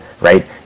right